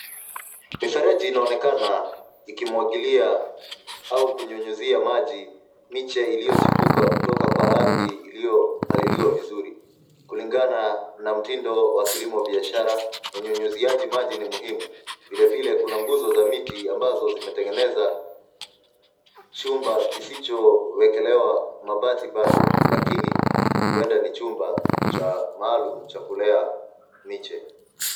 Mifereji inaonekana ikimwagilia au kunyunyizia maji miche iliyochipuka kutoka kwa ardhi iliyopaliliwa vizuri. Kulingana na mtindo wa kilimobiashara unyunyuziaji maji ni muhimu. Vilevile kuna nguzo za miti ambazo zimetengeneza chumba kisichowekelewa mabati bado lakini huenda ni chumba cha maalum cha kulea miche.